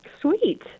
Sweet